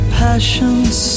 passion's